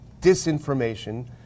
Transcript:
disinformation